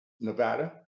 Nevada